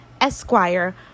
Esquire